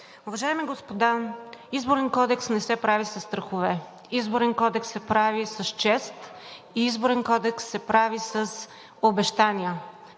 Уважаеми господа, Изборен кодекс не се прави със страхове. Изборен кодекс се прави с чест и Изборен кодекс се прави с обещания